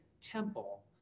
temple